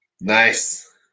Nice